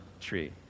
tree